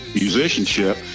musicianship